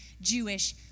Jewish